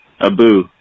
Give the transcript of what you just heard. Abu